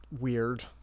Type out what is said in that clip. weird